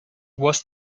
was